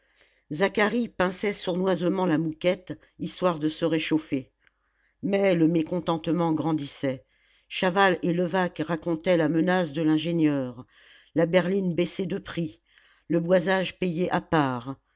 zacharie pinçait sournoisement la mouquette histoire de se réchauffer mais le mécontentement grandissait chaval et levaque racontaient la menace de l'ingénieur la berline baissée de prix le boisage payé à part